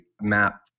map